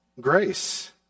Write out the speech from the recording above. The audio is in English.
grace